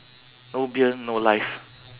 no beer no life